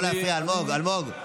לא להפריע, אלמוג.